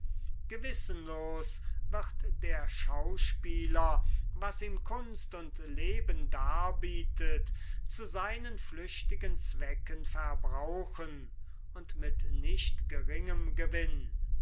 gewissenlos wird der schauspieler was ihm kunst und leben darbietet zu seinen flüchtigen zwecken verbrauchen und mit nicht geringem gewinn